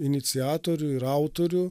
iniciatorių ir autorių